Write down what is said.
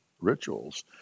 rituals